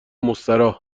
مستراح